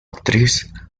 actriz